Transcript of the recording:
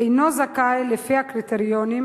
אינו זכאי לפי הקריטריונים